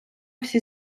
всі